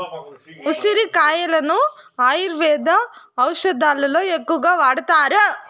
ఉసిరి కాయలను ఆయుర్వేద ఔషదాలలో ఎక్కువగా వాడతారు